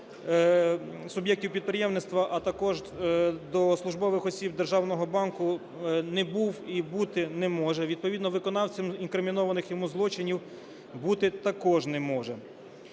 суб'єктів підприємництва, а також до службових осіб державного банку не був і бути не може, відповідно виконавцем інкримінованих йому злочинів бути також не може.